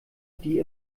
die